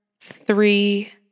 three